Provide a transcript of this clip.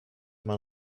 man